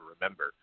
remember